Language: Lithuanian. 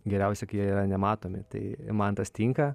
geriausiai kai jie yra nematomi tai man tas tinka